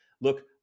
look